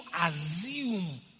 assume